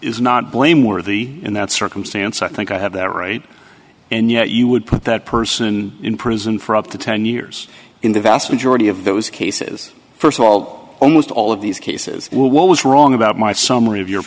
is not blameworthy in that circumstance i think i have that right and yet you would put that person in prison for up to ten years in the vast majority of those cases first of all almost all of these cases well what was wrong about my summary of your